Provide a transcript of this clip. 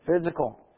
physical